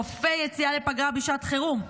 כופה יציאה לפגרה בשעת חירום.